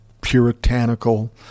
puritanical